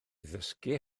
ddysgu